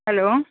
hello